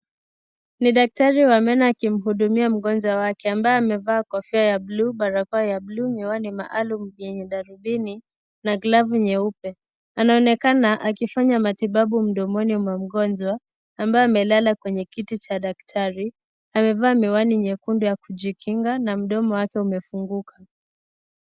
Ni daktari wa meno akimhudumia mgonjwa wake. Ambaye amevaa kofia ya bluu, barakoa ya bluu, miwani maalumu yenye darubini na glavu nyeupe. Anaonekana akifanya matibabu mdomoni mwa mgonjwa ambayo amelala kwenye kiti cha daktari. Amevaa miwani nyekundu ya kujikinga na mdomo wake umefunguka.